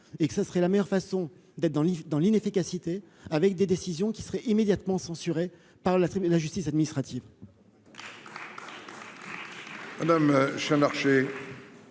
et que ce serait la meilleure façon d'être, dans dans l'inefficacité avec des décisions qui serait immédiatement censuré par La Tribune, la justice administrative. Madame marché.